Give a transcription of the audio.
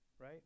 right